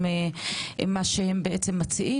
עם מה שהם מציעים?